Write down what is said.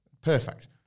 perfect